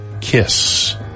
kiss